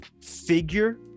figure